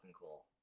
cool